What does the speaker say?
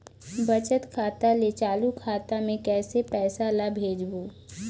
बचत खाता ले चालू खाता मे कैसे पैसा ला भेजबो?